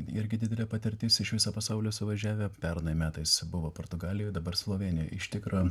irgi didelė patirtis iš viso pasaulio suvažiavę pernai metais buvo portugalijoj dabar slovėnijoj iš tikro